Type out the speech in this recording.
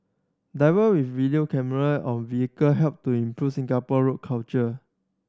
diver with video camera on vehicle help to improve Singapare road culture